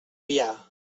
biar